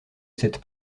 cette